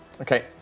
Okay